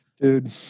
Dude